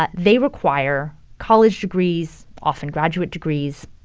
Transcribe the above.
ah they require college degrees, often graduate degrees.